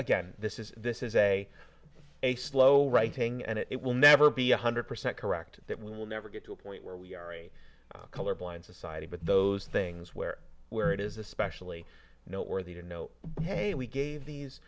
again this is this is a a slow writing and it will never be one hundred percent correct that we will never get to a point where we are a colorblind society but those things where where it is especially noteworthy to know hey we gave these